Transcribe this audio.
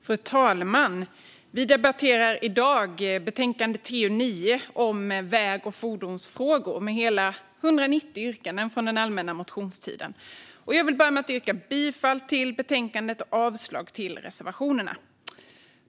Fru talman! Vi debatterar i dag betänkande TU9 om väg och fordonsfrågor med hela 190 yrkanden från den allmänna motionstiden. Jag vill börja med att yrka bifall till förslaget i betänkandet och avslag på reservationerna.